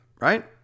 right